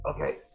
Okay